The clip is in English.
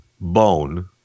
bone